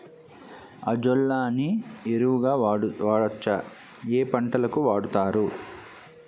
Azolla ని ఎరువు గా వాడొచ్చా? ఏ పంటలకు వాడతారు?